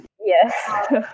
yes